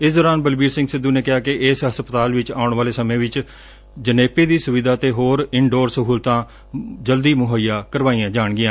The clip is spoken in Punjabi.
ਇਸ ਦੌਰਾਨ ਬਲਬੀਰ ਸਿੰਘ ਸਿੱਧੁ ਨੇ ਕਿਹਾ ਕਿ ਇਸ ਹਸਪਤਾਲ ਵਿਚ ਆਉਣ ਵਾਲੇ ਸਮੇਂ ਵਿਚ ਜਣੇਪੇ ਦੀ ਸੁਵਿਧਾ ਤੇ ਹੋਰ ਇਨ ਡੋਰ ਸਿਹਤ ਸਹੁਲਤਾਂ ਵੀ ਜਲਦ ਮੁਹੱਈਆ ਕਰਵਾਈਆਂ ਜਾਣਗੀਆਂ